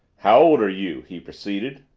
how old are you? he proceeded.